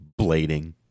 blading